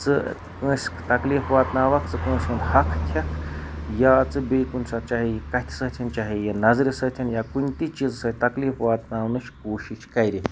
ژٕ کٲنٛسہِ تَکلیٖف واتناوَکھ ژٕ کٲنٛسہِ ہُنٛد حَق کھیٚکھ یا ژٕ بیٚیہِ کُنہِ ساتہٕ چاہے یہِ کَتھِ سۭتۍ چاہے یہِ نَظرِ سۭتۍ یا کُنہِ تہِ چیٖز سۭتۍ تَکلیف واتناونٕچ کوٗشِش کَرٕ